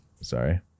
sorry